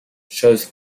shows